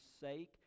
sake